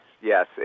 yes